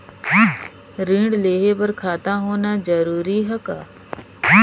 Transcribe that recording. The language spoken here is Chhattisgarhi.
ऋण लेहे बर खाता होना जरूरी ह का?